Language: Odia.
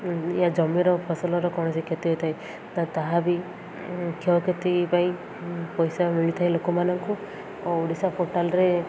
ୟା ଜମିର ଫସଲର କୌଣସି କ୍ଷତି ହୋଇଥାଏ ତ ତାହା ବିି କ୍ଷୟକ୍ଷତି ପାଇଁ ପଇସା ମିଳିଥାଏ ଲୋକମାନଙ୍କୁ ଓ ଓଡ଼ିଶା ପୋର୍ଟାଲ୍ରେ